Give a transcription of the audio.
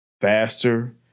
Faster